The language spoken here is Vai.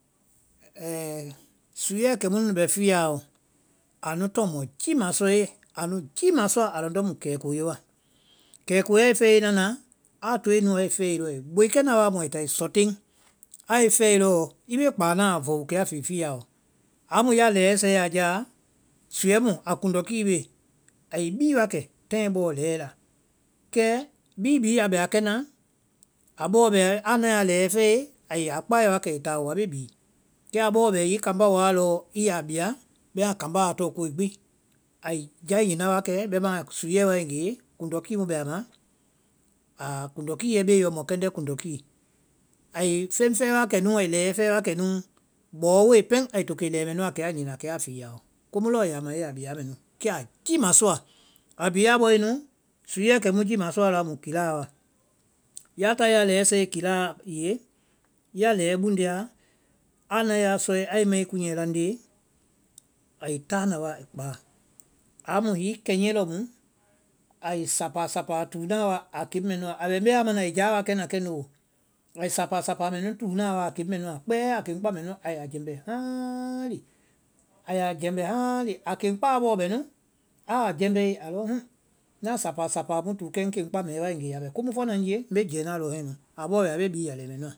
suɛɛ kɛ mu nu bɛ fiyaɔ, anu tɔŋ mɔ jiima sɔe, anu jiima sɔa, a lɔndɔ́ mu kɛɛkoe wa, kɛɛkoe a i fɛe nana, a toe nuu ai fɛe lɔɔ, ai boekɛna wa amu ai táa ai sɔ teŋ, a i fɛe lɔɔ, i bee kpaa naã vɔwu kɛ a fii fiyaɔ. Amu ya lɛɛ sɛe a jáa, suɛ mu a kuŋndɔkii bee ai bii wa kɛ tai bɔɔ lɛɛ la, kɛ bíi bhii a bɛ kɛna, a bɔɔ bɛ a lɛɛ fɛe ai a kpai wa kɛ ai táa oo a bee bii, kɛ a bɔɔ bɛ hiŋi kambá woa i ya bia, bɛma kambá wa tɔŋ koe gbi. A jai nyina wa kɛ, bɛma suɛ wai gee kuŋndɔkii mu bɛ a ma, a kuŋndɔkiiɛ bee yɔ mɔkɛndɛ kuŋndɔkii. Ái feŋ fɛɛ wa núu, ái lɛɛ fɛɛ wa kɛ núu, bɔɔ woe pɛŋ ai ke lɛɛ mɛ nuã kɛ a nyina kɛ a fii aɔ komu lɔɔ yaa ma i yaa bia aa mɛnu, kɛ a jima sɔa. Á bhii a bɔe nu, suɛɛ kɛmu jiima sɔa lɔ a mu keláa wa, ya tae ya lɛɛ sɛe keláa yɛ, ya lɛɛ buŋnde aa, a nae a sɔe, a i mai kunyɛɛ laŋnde, ai táana wa kpáa, amu hiŋi kɛnyɛ lɔ mu ai sapa, sapa túu na wa a keŋ mɛnuã, a bɛ mbe wa mana, a bɛ jáa wa kɛna kɛnu oo, ai sápa sápa mɛnu túu na wa a keŋ mɛnuã kpɛɛ, a keŋ kpá mɛnu a ya jɛmbɛ haŋŋ́ lee, a ya jɛmbɛ haŋŋ́ lee, a keŋ kpáa bɔɔ bɛ nu aa jɛmbɛe a lɔ huŋ, na sapa sapa mu túu kɛ ŋ keŋ kpá mɛ wáegee a bɛ komu fɔna ŋ nye mbe jɛɛna lɔ hɛnu, a bɔɔ bɛ a bee bii ya lɛɛ mɛnu ã.